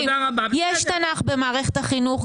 יש תנ"ך במערכת החינוך,